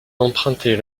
empruntez